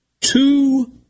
two